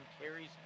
carries